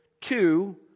Two